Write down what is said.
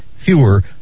fewer